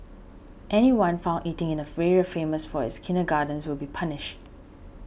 anyone found eating in an area famous for its kindergartens will be punished